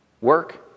Work